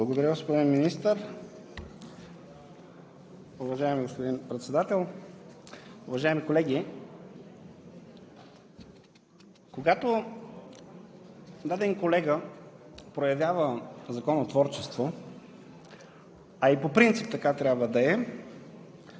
Благодаря, господин Министър. Уважаеми господин Председател, уважаеми колеги! Когато даден колега проявява законотворчество, а и по принцип така трябва да е,